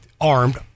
armed